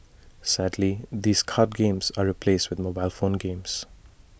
sadly these card games are replaced with mobile phone games